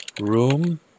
Room